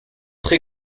très